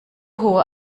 hohe